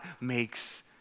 makes